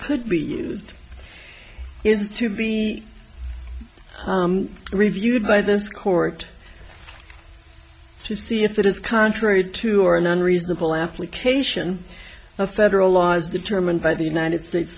could be used is to be reviewed by this court to see if it is contrary to or an unreasonable application of federal law as determined by the united states